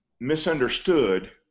misunderstood